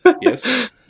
Yes